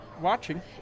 watching